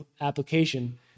application